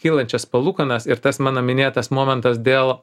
kylančias palūkanas ir tas mano minėtas momentas dėl